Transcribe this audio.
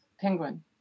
Penguin